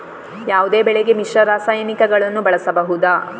ಯಾವುದೇ ಬೆಳೆಗೆ ಮಿಶ್ರ ರಾಸಾಯನಿಕಗಳನ್ನು ಬಳಸಬಹುದಾ?